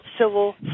civil